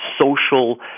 social